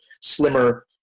slimmer